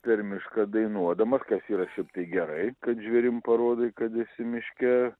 per mišką dainuodamas kas yra šiaip tai gerai kad žvėrim parodai kad esi miške